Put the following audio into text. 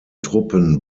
truppen